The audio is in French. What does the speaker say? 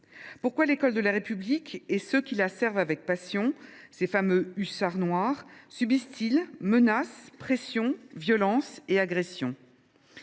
Pourquoi l’école de la République et ceux qui la servent avec passion, ces fameux « hussards noirs », subissent ils menaces, pressions, violences et agressions ?